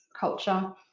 culture